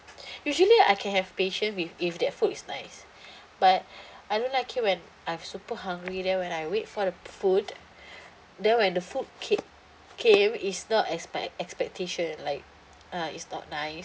usually I can have patient with if that food is nice but I don't like it when I'm super hungry then when I wait for the food then when the food c~ came it's not expect expectation like uh it's not nice